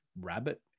rabbit